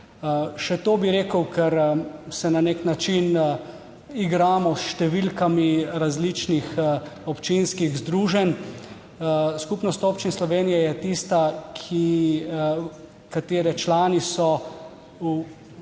Še to bi rekel, ker se na nek način igramo s številkami različnih občinskih združenj. Skupnost občin Slovenije je tista, katere člani so